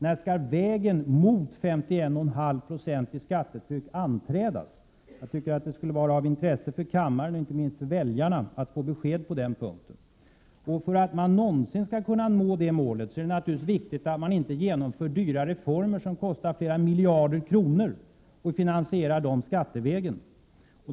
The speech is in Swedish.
När skall vägen mot 51,5 96 i skattetryck anträdas? Det skulle vara intressant för kammaren och inte minst för väljarna att få besked på den punkten. För att man någonsin skall kunna nå det målet är det naturligtvis viktigt att man inte genomför dyra reformer som kostar flera miljarder kronor och finansierar dem skattevägen.